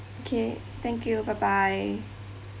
okay thank you bye bye